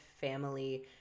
family